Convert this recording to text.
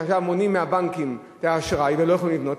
מונעים מהבנקים את האשראי ולא יכולים לבנות,